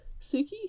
Suki